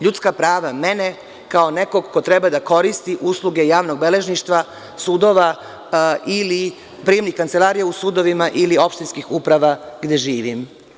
Ljudska prava mene kao nekog ko treba da koristi usluge javnog beležništva, sudova ili prijemnih kancelarija u sudovima ili opštinskih uprava gde živim.